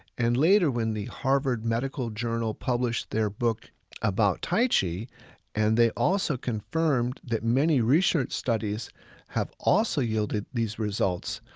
and later when the harvard medical journal published their book about tai chi and they also confirmed that many research studies have also yielded these results,